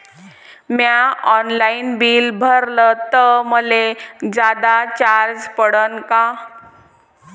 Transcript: म्या online bill भरलं तर मले जादा चार्ज पडन का?